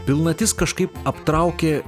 pilnatis kažkaip aptraukė